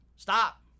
Stop